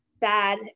bad